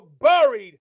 buried